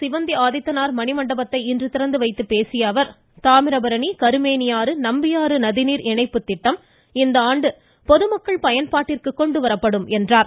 சிவந்தி ஆதித்தனார் மணிமண்டபத்தை இன்று திறந்து வைத்துப் பேசிய அவர் தாமிரபரணி கருமேனி நம்பியாறு நதிநீர் இணைப்பு திட்டம் இந்தாண்டு பொதுமக்கள் பயன்பாட்டிற்கு கொண்டுவரப்படும் என்றார்